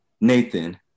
Nathan